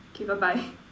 K bye bye